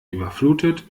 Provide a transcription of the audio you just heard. überflutet